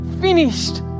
finished